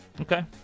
Okay